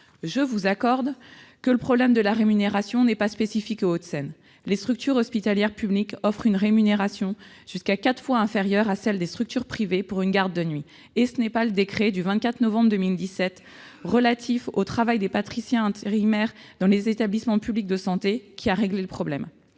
Je vous accorde que le problème de la rémunération n'est pas spécifique aux Hauts-de-Seine : les structures hospitalières publiques offrent une rémunération jusqu'à quatre fois inférieure à celle des structures privées pour une garde de nuit, et ce n'est pas le décret du 24 novembre 2017 relatif au travail des praticiens intérimaires dans les établissements publics de santé qui a réglé le problème.